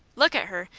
look at her!